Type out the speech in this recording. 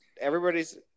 Everybody's